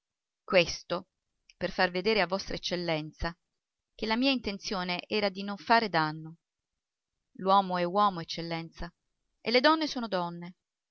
questo per far vedere a vostra eccellenza che la mia intenzione era di non fare danno l'uomo è uomo eccellenza e le donne sono donne